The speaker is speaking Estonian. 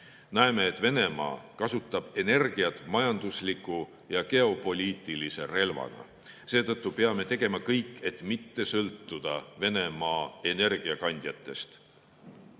Näeme, et Venemaa kasutab energiat majandusliku ja geopoliitilise relvana. Seetõttu peame tegema kõik, et mitte sõltuda Venemaa